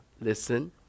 listen